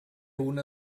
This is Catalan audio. una